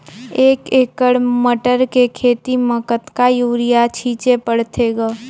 एक एकड़ मटर के खेती म कतका युरिया छीचे पढ़थे ग?